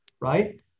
right